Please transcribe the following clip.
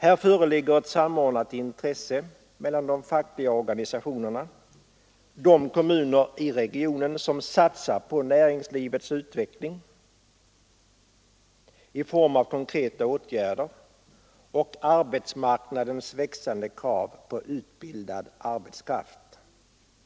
Här föreligger ett samordnat intresse mellan de fackliga organisationerna, de kommuner i regionen som satsar på näringslivets utveckling i form av konkreta åtgärder och arbetsmarknadens växande krav på utbildad arbetskraft.